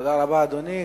תודה רבה, אדוני.